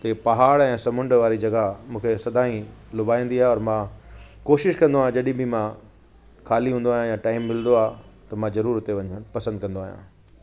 ते पहाड़ ऐं समुंड वारी जॻह मुखे सदाई लुभाईंदी आहे और मां कोशिशि कंदो आहियां जॾी बि मां खाली हूंदो आयां या टाइम मिलंदो आहे त मां ज़रूरु हिते वञणु पसंदि कंदो आहियां